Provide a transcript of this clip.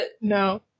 no